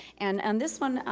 and and this one,